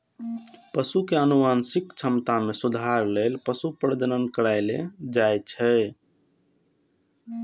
पशु के आनुवंशिक क्षमता मे सुधार लेल पशु प्रजनन कराएल जाइ छै